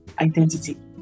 identity